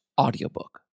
audiobook